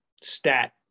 stat